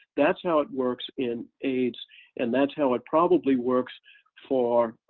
that's how it works in aids and that's how it probably works for